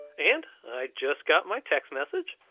and i just got my text message,